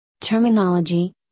Terminology